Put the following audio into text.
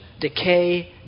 decay